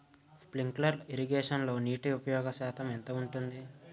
Sprinkler ఇరగేషన్లో నీటి ఉపయోగ శాతం ఎంత ఉంటుంది?